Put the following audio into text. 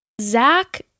Zach